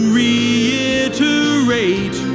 reiterate